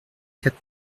quatre